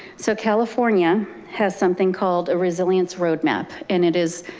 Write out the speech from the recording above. so california has something called a resilience roadmap, and it is,